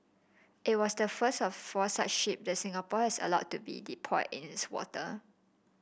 it was the first of four such ship that Singapore has allowed to be deployed in its water